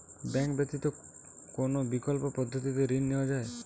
Bank ব্যতিত কোন বিকল্প পদ্ধতিতে ঋণ নেওয়া যায়?